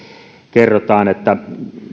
kerrotaan että